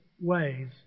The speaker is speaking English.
ways